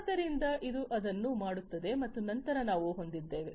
ಆದ್ದರಿಂದ ಇದು ಅದನ್ನು ಮಾಡುತ್ತದೆ ಮತ್ತು ನಂತರ ನಾವು ಹೊಂದಿದ್ದೇವೆ